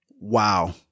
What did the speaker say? Wow